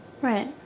Right